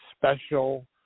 special